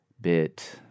bit